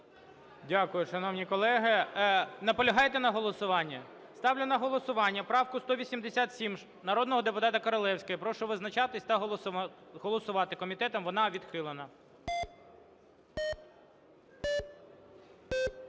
Дякую, шановні колеги. Наполягаєте на голосуванні? Ставлю на голосування правку 187 народного депутата Королевської. Прошу визначатись та голосувати. Комітетом вона відхилена.